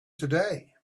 today